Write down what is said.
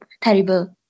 terrible